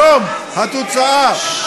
היא תקבל את